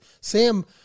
Sam